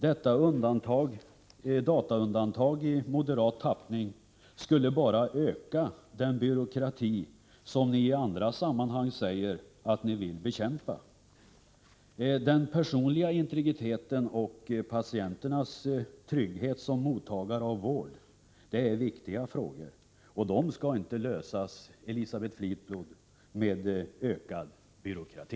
Detta dataundantag i moderat tappning skulle bara öka den byråkrati som moderaterna i andra sammanhang säger sig vilja bekämpa. Den personliga integriteten och patienternas trygghet när de får vård är viktiga frågor, och dessa frågor skall inte lösas, Elisabeth Fleetwood, med ökad byråkrati.